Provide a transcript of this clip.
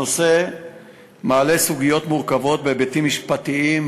הנושא מעלה סוגיות מורכבות בהיבטים משפטיים,